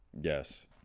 Yes